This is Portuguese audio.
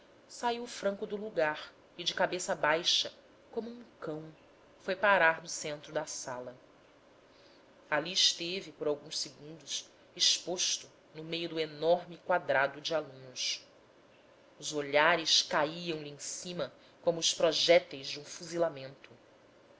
saiu franco do lugar e de cabeça baixa como um cão foi parar no centro da sala ali esteve por alguns segundos exposto no meio do enorme quadrado de alunos os olhares caiam lhe em cima como os projéteis de um fuzilamento